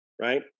Right